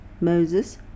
Moses